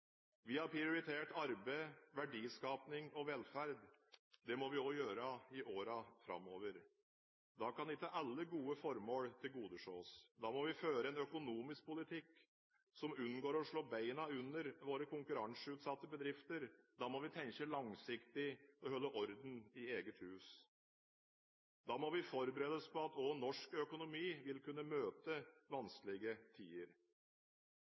Vi har prioritert arbeid, verdiskaping og velferd. Det må vi gjøre også i årene framover. Da kan ikke alle gode formål tilgodeses. Da må vi føre en økonomisk politikk som unngår å slå bena under våre konkurranseutsatte bedrifter. Da må vi tenke langsiktig og holde orden i eget hus. Da må vi forberede oss på at også norsk økonomi vil kunne møte vanskelige tider.